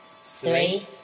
Three